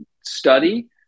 study